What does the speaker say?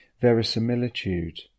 Verisimilitude